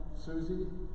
Susie